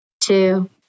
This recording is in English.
two